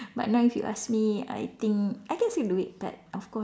but now if you ask me I think I guess I can do it but of course